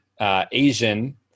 Asian